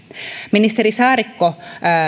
ministeri saarikko